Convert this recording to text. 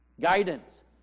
Guidance